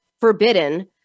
forbidden